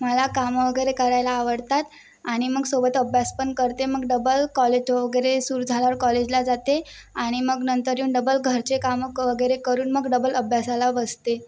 मला कामं वगैरे करायला आवडतात आणि मग सोबत अभ्यास पण करते मग डबल कॉलेज वगैरे सुरू झाल्यावर कॉलेजला जाते आणि मग नंतर येऊन डबल घरचे कामं वगैरे करून मग डबल अभ्यासाला बसते